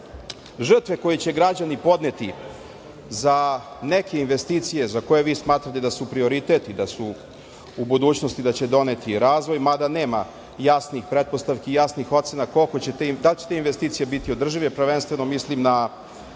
Žrtve koje će građani podneti za neke investicije za koje vi smatrate da su prioritet i da su i da će u budućnosti doneti razvoj mada nema jasnih pretpostavki, jasnih ocena koliko će da li će te investicije biti održive? Prvenstveno mislim na